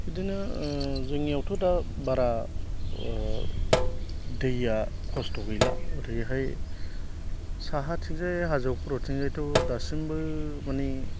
बिदिनो जोंनियावथ' दा बारा दैआ खस्त' गैला ओरैहाय साहाथिंजाय हाजो खर'थिंजायथ' दासिमबो माने